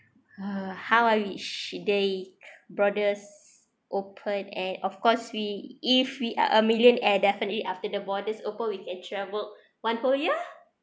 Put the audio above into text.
uh how I wish they borders open and of course we if we are a millionaire definitely after the borders open we can travel one whole year